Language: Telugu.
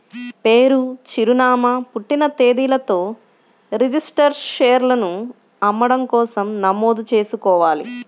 పేరు, చిరునామా, పుట్టిన తేదీలతో రిజిస్టర్డ్ షేర్లను అమ్మడం కోసం నమోదు చేసుకోవాలి